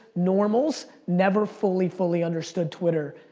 normals never fully fully understood twitter,